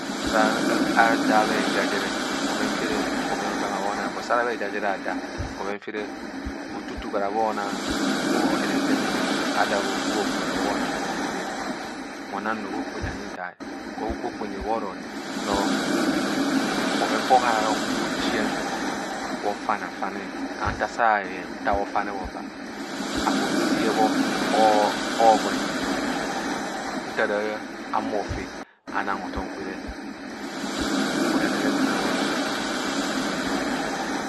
Sa adaa bha eja jere bjoven fere bhoven aobe hama bhong. But sa ara bha eja jere hadaa bhoven fere otutu gwa bho nang henendeme ada bhohobhara bhonang bhoven aobe. Ma onang nro bhokperethat bhoro nong, bhoven fa oharara ohuno ojiana nta bhofane bho agwa ziziz bhi nta ora ovvi a humo fe anang hothom kwene.